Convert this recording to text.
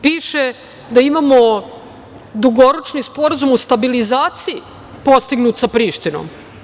Piše da imamo dugoročni sporazum o stabilizaciji postignut sa Prištinom.